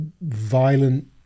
violent